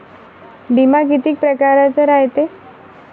बिमा कितीक परकारचा रायते?